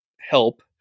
help